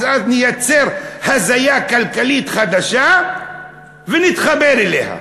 עד אז נייצר הזיה כלכלית חדשה ונתחבר אליה,